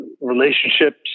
relationships